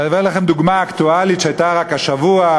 אני מביא לכם דוגמה אקטואלית שהייתה רק השבוע,